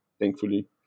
thankfully